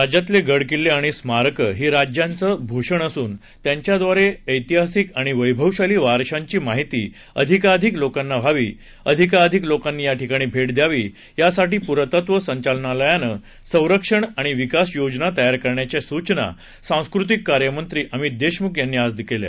राज्यातले गड किल्ले आणि स्मारकं ही राज्याचं भूषण असून त्यांच्याद्वारे या ऐतिहासिक आणि वप्रखिशाली वारशांची माहिती अधिकाधिक लोकांना व्हावी अधिकाधिक लोकांनी या ठिकाणी भेट द्यावी यासाठी पुरातत्व संचालनालयानं संरक्षण आणि विकास योजना तयार करण्याच्या सूचना सांस्कृतिक कार्य मंत्री अमित देशमुख यांनी आज केल्या